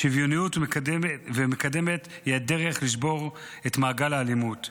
מערכת חינוך שוויונית ומקדמת היא הדרך לשבור את מעגל האלימות.